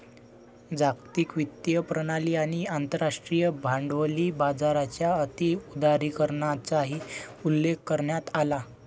जागतिक वित्तीय प्रणाली आणि आंतरराष्ट्रीय भांडवली बाजाराच्या अति उदारीकरणाचाही उल्लेख करण्यात आला